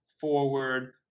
forward